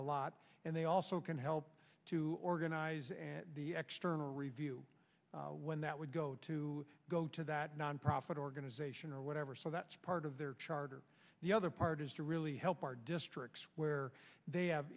a lot and they also can help to organize external review when that would go to go to that non profit organization or whatever so that's part of their charter the other part is to really help our districts where they have